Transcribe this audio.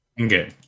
Okay